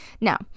Now